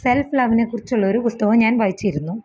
self ലവ്നെക്കുറിച്ചുള്ളൊരു പുസ്തകവും ഞാന് വായിച്ചിരുന്നു